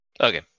Okay